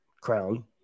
crown